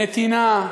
נתינה,